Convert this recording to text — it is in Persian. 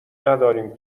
نداریم